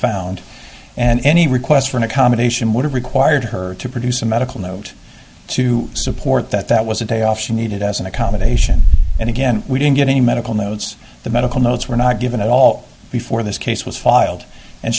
found and any request for an accommodation would have required her to produce a medical note to support that that was a day off she needed as an accommodation and again we didn't get any medical notes the medical notes were not given at all before this case was filed and